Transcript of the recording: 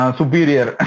superior